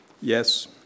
Yes